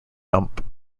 dump